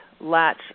latch